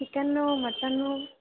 chicken mutton